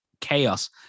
chaos